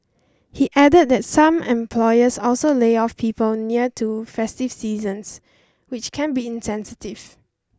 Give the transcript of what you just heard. he added that some employers also lay off people near to festive seasons which can be insensitive